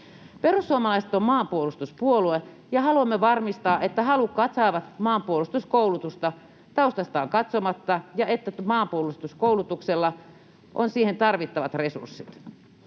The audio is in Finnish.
Perussuomalaiset on maanpuolustuspuolue, ja haluamme varmistaa, että halukkaat saavat maanpuolustuskoulutusta taustastaan riippumatta ja että Maanpuolustuskoulutuksella on siihen tarvittavat resurssit.